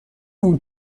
اون